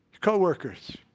co-workers